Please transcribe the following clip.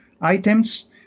items